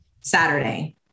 Saturday